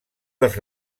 dels